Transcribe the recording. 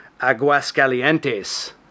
Aguascalientes